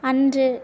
அன்று